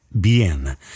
Bien